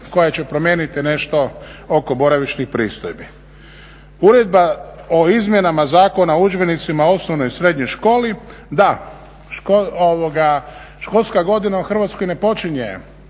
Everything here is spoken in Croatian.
koja će promijeniti nešto oko boravišnih pristojbi. Uredba o izmjenama Zakona o udžbenicima u osnovnoj i srednjoj školi, da, školska godina u Hrvatskoj ne počinje